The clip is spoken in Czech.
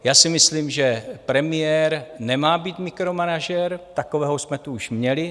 Já si myslím, že premiér nemá být mikromanažer, takového jsme tu už měli.